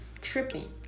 Tripping